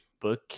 book